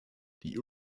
die